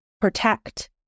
protect